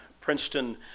Princeton